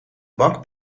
bank